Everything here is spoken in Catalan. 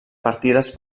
partides